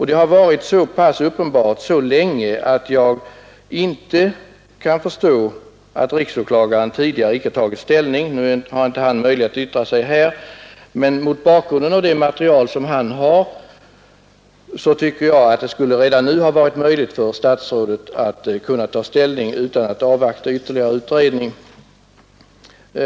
Det har varit uppenbart så länge att jag inte kan förstå att riksåklagaren icke tidigare tagit ställning Han har inte möjlighet att yttra sig här i riksdagen, men mot bakgrund av det material som riksåklagaren har borde det redan nu varit möjligt för statsrådet att ta ställning utan att avvakta ytterligare utredning.